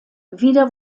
wieder